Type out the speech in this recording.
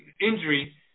injury